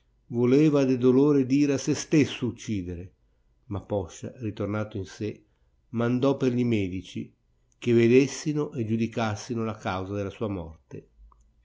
voleva de dolor ed ira se stesso uccidere ma poscia ritornato in sé mandò per gli medici che vedessino e giudicassino la causa della sua morte